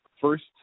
first